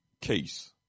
case